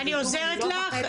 אני עוזרת לך,